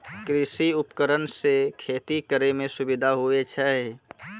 कृषि उपकरण से खेती करै मे सुबिधा हुवै छै